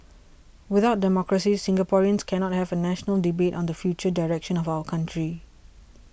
without democracy Singaporeans cannot have a national debate on the future direction of our country